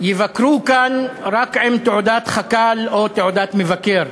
יבקרו כאן רק עם תעודת חכ"ל או תעודת מבקר.